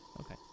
Okay